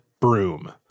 broom